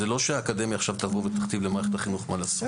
זה לא שהאקדמיה תבוא ותכתיב עכשיו למערכת החינוך מה לעשות,